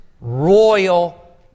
royal